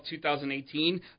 2018